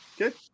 Okay